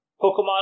Pokemon